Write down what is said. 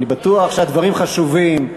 אני בטוח שהדברים חשובים,